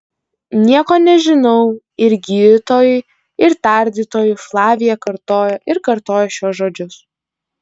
nieko nežinau ir gydytojui ir tardytojui flavija kartojo ir kartojo šiuos žodžius